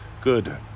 good